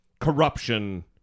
corruption